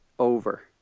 Over